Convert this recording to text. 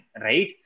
right